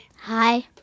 hi